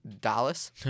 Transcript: Dallas